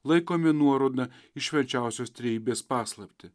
laikomi nuoroda į švenčiausios trejybės paslaptį